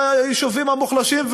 והיישובים המוחלשים,